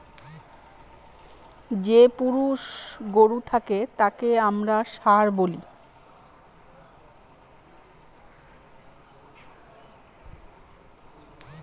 যে পুরুষ গরু থাকে তাকে আমরা ষাঁড় বলি